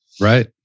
right